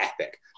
epic